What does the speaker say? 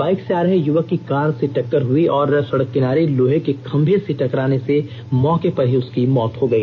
bike र्स आ रहे युवक की कार से टक्कर हई और सड़क किनारे लोहे के खंभे से टकराने से मौके पर ही उसकी मौत हो गई